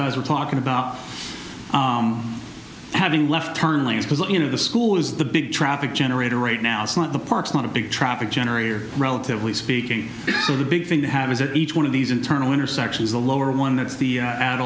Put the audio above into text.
guys are talking about having less turn lanes because you know the school is the big traffic generator right now it's not the park's not a big traffic generator relatively speaking of the big thing to have is that each one of these internal intersections the lower one that's the